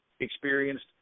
experienced